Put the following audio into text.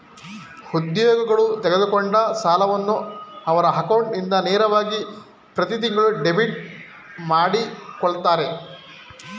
ಉದ್ಯೋಗಗಳು ತೆಗೆದುಕೊಂಡ ಸಾಲವನ್ನು ಅವರ ಅಕೌಂಟ್ ಇಂದ ನೇರವಾಗಿ ಪ್ರತಿತಿಂಗಳು ಡೆಬಿಟ್ ಮಾಡಕೊಳ್ಳುತ್ತರೆ